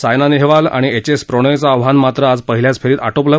सायना नेहवाल आणि H S प्रणोयचं आव्हान मात्र आज पहिल्याच फेरीत आटोपलं